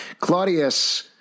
Claudius